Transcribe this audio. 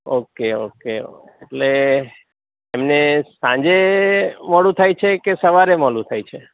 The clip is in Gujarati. ઓકે ઓકે ઓકે એટલે એમને સાંજે મોડું થાય છે કે સવારે મોડું થાય છે